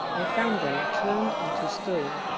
i found them turned into stone.